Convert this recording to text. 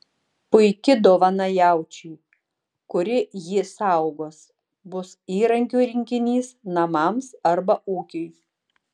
puiki dovana jaučiui kuri jį saugos bus įrankių rinkinys namams arba ūkiui